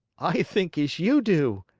i think as you do,